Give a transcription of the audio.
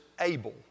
able